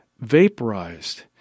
vaporized